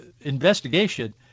investigation